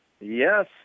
Yes